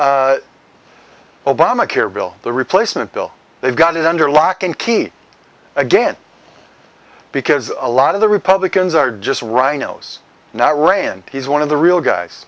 house obama care bill the replacement bill they've got it under lock and key again because a lot of the republicans are just rhinos now rand is one of the real guys